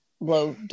blow